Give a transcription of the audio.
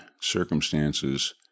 circumstances